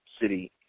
city